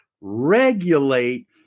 regulate